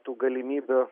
tų galimybių